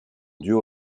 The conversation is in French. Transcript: duo